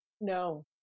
No